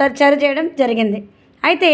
చర్చలు చేయడం జరిగింది అయితే